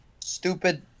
stupid